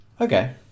Okay